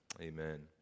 Amen